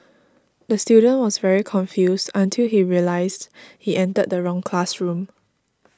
the student was very confused until he realised he entered the wrong classroom